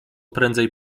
prędzej